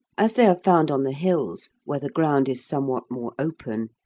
as they are found on the hills where the ground is somewhat more open,